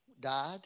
died